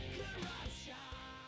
corruption